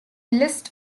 list